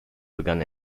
begann